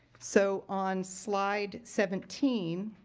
so, on slide seventeen,